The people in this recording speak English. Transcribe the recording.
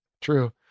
True